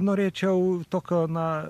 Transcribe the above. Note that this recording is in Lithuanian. norėčiau tokio na